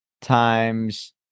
times